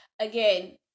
again